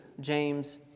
James